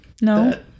no